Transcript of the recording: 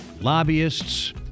lobbyists